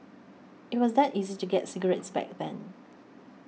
it was that easy to get cigarettes back then